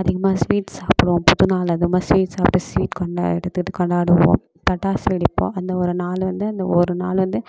அதிகமாக ஸ்வீட் சாப்பிடுவோம் புதுநாள் அதுவுமா ஸ்வீட் சாப்பிட்டு ஸ்வீட் கொண்டா எடுத்துகிட்டு கொண்டாடுவோம் பட்டாசு வெடிப்போம் அந்த ஒரு நாள் வந்து அந்த ஒரு நாள் வந்து